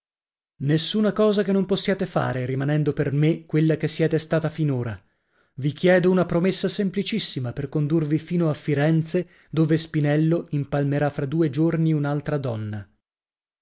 nessuna cosa che non possiate fare rimanendo per me quella che siete stata finora vi chiedo una promessa semplicissima per condurvi fino a firenze dove spinello impalmerà fra due giorni un'altra donna